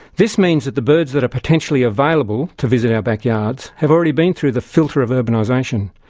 this means that the birds that are potentially available to visit our backyards have already been through the filter of urbanisation.